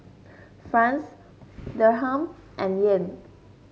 France Dirham and Yen